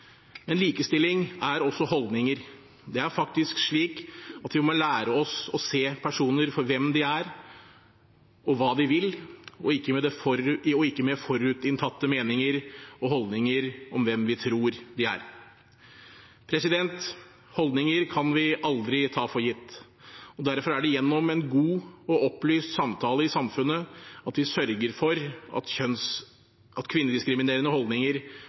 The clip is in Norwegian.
Men likestilling er også holdninger. Det er faktisk slik at vi må lære oss å se personer for hvem de er, og hva de vil, og ikke med forutinntatte meninger og holdninger om hvem vi tror de er. Holdninger kan vi aldri ta for gitt. Derfor er det gjennom en god og opplyst samtale i samfunnet vi sørger for at kvinnediskriminerende holdninger